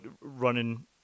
running